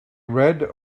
read